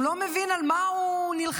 הוא לא מבין על מה הוא נלחם,